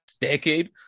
decade